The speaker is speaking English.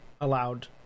allowed